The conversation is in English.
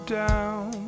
down